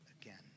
again